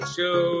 Show